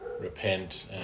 repent